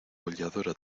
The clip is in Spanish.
aulladora